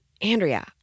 Andrea